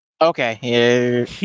Okay